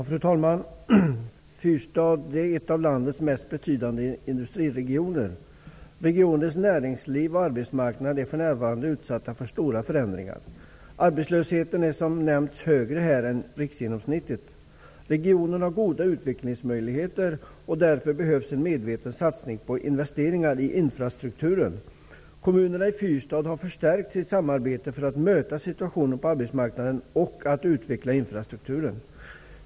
Fru talman! Fyrstadsregionen är en av landets mest betydande industriregioner. Regionens näringsliv och arbetsmarknad är för närvarande utsatta för stora förändringar. Arbetslösheten är som nämnts högre än riksgenomsnittet. Regionen har goda utvecklingsmöjligheter, och därför behövs en medveten satsning på investeringar i infrastrukturen. Kommunerna i Fyrstadsregionen har förstärkt sitt samarbete för att möta situationen på arbetsmarknaden och för att utveckla infrastrukturen.